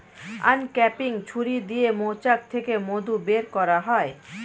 uncapping ছুরি দিয়ে মৌচাক থেকে মধু বের করা হয়